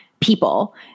people